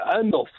Enough